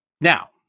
Now